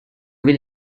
will